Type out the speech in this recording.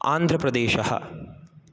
आन्ध्रप्रदेशः